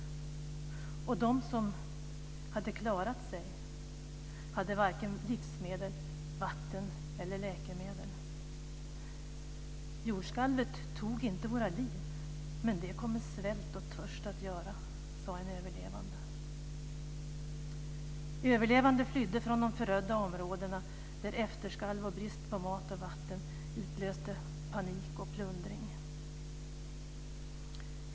De som hade klarat sig hade varken livsmedel, vatten eller läkemedel. Jordskalvet tog inte våra liv, men det kommer svält och törst att göra, sade en överlevande. Överlevande flydde från de förödda områdena, där efterskalv och brist på mat och vatten utlöste panik och plundring.